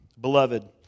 Beloved